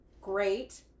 great